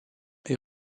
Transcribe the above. est